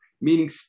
meaning